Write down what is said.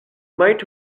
might